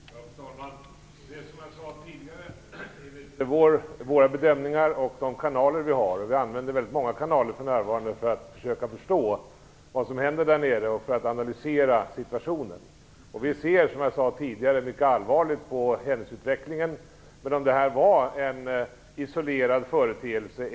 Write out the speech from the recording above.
Fru talman! Det är som jag sade tidigare: Vi gör våra bedömningar och använder de kanaler vi har. Vi använder väldigt många kanaler för närvarande för att försöka förstå vad som händer där nere och för att analysera situationen. Vi ser som jag sade tidigare mycket allvarligt på händelseutvecklingen. Det som hände kan ha varit en isolerad företeelse.